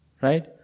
Right